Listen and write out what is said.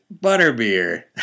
butterbeer